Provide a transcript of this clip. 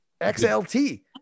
xlt